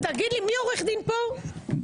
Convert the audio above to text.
מי עורך דין כאן?